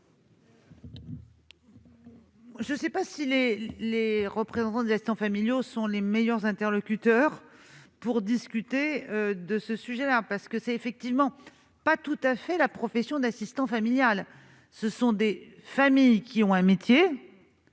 Je ne sais pas si les représentants des assistants familiaux sont les meilleurs interlocuteurs pour discuter de ce sujet. En effet, l'amendement ne vise pas tout à fait la profession d'assistant familial : ce sont des familles dont les